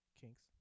kinks